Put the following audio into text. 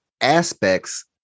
aspects